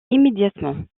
immédiatement